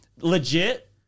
Legit